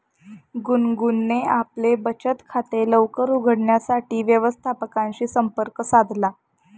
गुनगुनने आपले बचत खाते लवकर उघडण्यासाठी व्यवस्थापकाशी संपर्क साधला